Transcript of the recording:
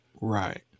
right